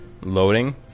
loading